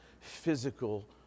physical